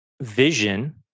vision